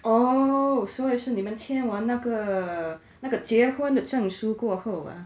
oh 所以是你们签完那个那个结婚的证书过后 ah